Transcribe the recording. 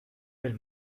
del